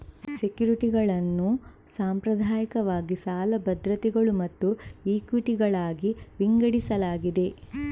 ಸೆಕ್ಯುರಿಟಿಗಳನ್ನು ಸಾಂಪ್ರದಾಯಿಕವಾಗಿ ಸಾಲ ಭದ್ರತೆಗಳು ಮತ್ತು ಇಕ್ವಿಟಿಗಳಾಗಿ ವಿಂಗಡಿಸಲಾಗಿದೆ